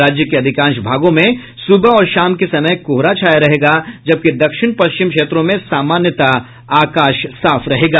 राज्य के अधिकांश भागों में सुबह और शाम के समय कोहरा छाया रहेगा जबकि दक्षिण पश्चिम क्षेत्रों में समान्यतः आकाश साफ रहेगा